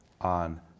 on